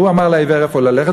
והוא אמר לעיוור לאן ללכת,